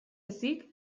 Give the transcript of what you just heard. ezik